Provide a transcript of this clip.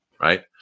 Right